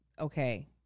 okay